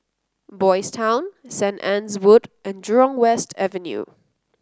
Boys' Town Saint Anne's Wood and Jurong West Avenue